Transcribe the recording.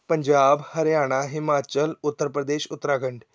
Punjab Haryana Himachal Uttar Pradesh Uttarakhand